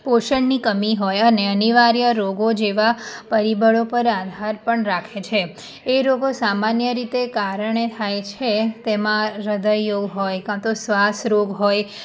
પોષણની કમી હોય અને અનિવાર્ય રોગો જેવાં પરિબળો પર આધાર પર રાખે છે એ રોગો સામાન્ય રીતે કારણે થાય છે તેમાં હૃદય રોગ હોય કાં તો શ્વાસ રોગ હોય